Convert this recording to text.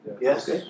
Yes